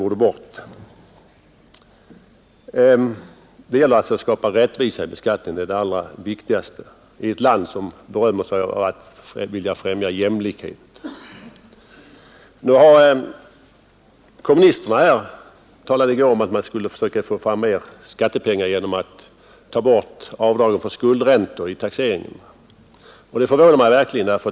Men det allra viktigaste är att skapa rättvisa vid beskattningen i ett land som berömmer sig av att vilja befrämja jämlikheten. Kommunisterna talade i går om att man borde försöka få fram mer skattepengar genom att ta bort avdragen för skuldräntor vid taxeringen. Detta förslag förvånar mig verkligen.